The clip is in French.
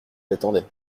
j’attendais